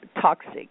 toxic